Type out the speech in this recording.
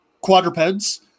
quadrupeds